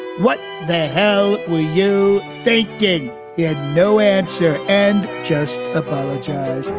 what the hell were you thinking? he had no answer and just apologize.